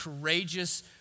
courageous